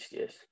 yes